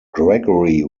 gregory